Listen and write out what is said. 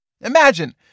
Imagine